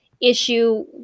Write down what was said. issue